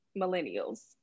millennials